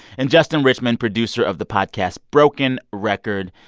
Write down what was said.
and justin richmond, producer of the podcast broken record.